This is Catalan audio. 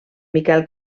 miquel